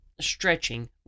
stretching